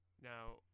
Now